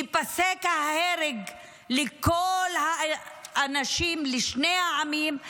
ייפסק ההרג לכל האנשים משני העמים,